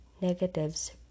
negatives